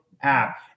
app